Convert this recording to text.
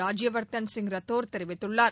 ராஜ்யவர்தன்சிங் ரத்தோர் தெரிவித்துள்ளார்